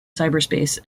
cyberspace